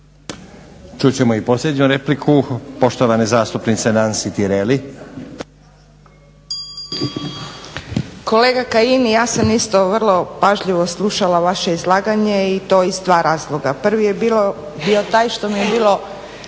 (Hrvatski laburisti - Stranka rada)** Kolega Kajin, ja sam isto vrlo pažljivo slušala vaše izlaganje i to iz dva razloga. Prvi je bio taj što mi je bilo